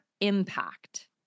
impact